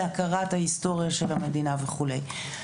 להכרת ההיסטוריה של המדינה וכולי.